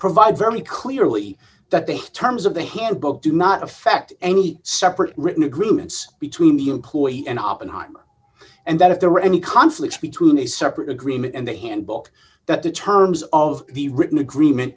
provide very clearly that the terms of the handbook do not affect any separate written agreements between the employee and oppenheimer and that if there were any conflicts between a separate agreement and the handbook that the terms of the written agreement